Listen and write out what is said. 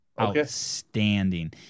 outstanding